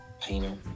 painter